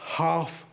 half